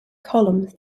columns